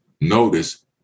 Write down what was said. Notice